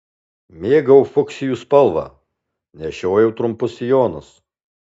mėgau fuksijų spalvą nešiojau trumpus sijonus